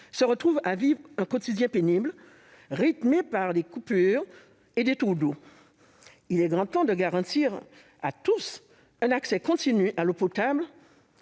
se retrouvent à vivre un quotidien pénible, rythmé par les coupures et les « tours d'eau ». Il est grand temps de garantir à tous un accès continu à l'eau potable